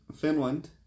Finland